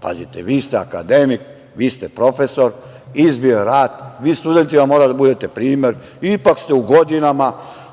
Pazite, vi ste akademik, vi ste profesor, izbio je rat, vi studentima morate da budete primer, ipak ste u godinama,